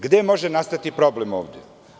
Gde može nastati problem ovde?